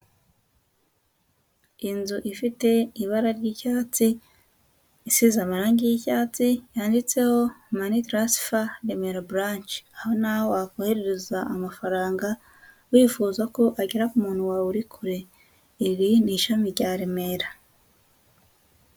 Inzu ifite ibara ry'icyatsi, isize amarangi y'icyatsi, yanditseho mani taransifa, Remera buranshe. Aho ni aho wakoherereza amafaranga, wifuza ko agera ku muntu wawe uri kure. Iri ni ishami rya Remera.